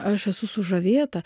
aš esu sužavėta